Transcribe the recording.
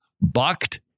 bucked